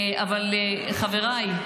אבל חבריי,